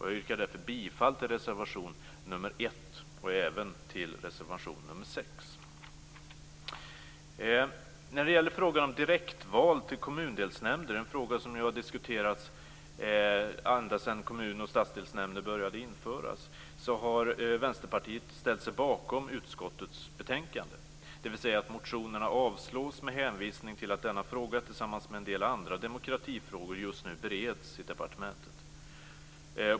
Jag yrkar därför bifall till reservation 1 och även till reservation När det gäller frågan om direktval till kommundelsnämnder - en fråga som har diskuterats ända sedan kommun och stadsdelsnämnder började införas - har Vänsterpartiet ställt sig bakom hemställan i utskottets betänkande, dvs. att motionerna avslås med hänvisning till att denna fråga tillsammans med en del andra demokratifrågor just nu bereds i departementet.